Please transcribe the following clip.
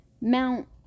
Mount